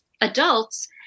adults